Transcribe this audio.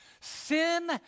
sin